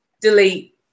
Delete